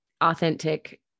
authentic